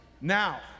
Now